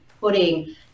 putting